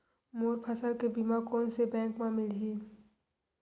मोर फसल के बीमा कोन से बैंक म मिलही?